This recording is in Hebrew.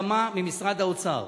הסכמה ממשרד האוצר